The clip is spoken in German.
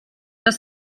dass